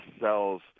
sells